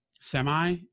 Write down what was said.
semi